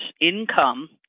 income